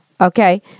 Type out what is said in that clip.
Okay